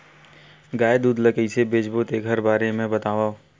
गाय दूध ल कइसे बेचबो तेखर बारे में बताओ?